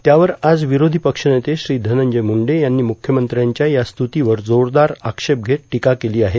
त्यावर आज विरोधी पक्षनेते श्री धनंजय मुंडे यांनी मुख्यमंत्र्यांच्या या स्त्रतीवर जोरदार आक्षेप घेत टिका केली आहे